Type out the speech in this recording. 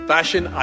Fashion